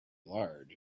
large